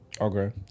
Okay